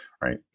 right